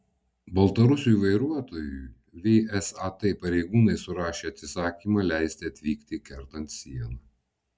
baltarusiui vairuotojui vsat pareigūnai surašė atsisakymą leisti atvykti kertant sieną